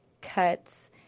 cuts